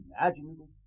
imaginable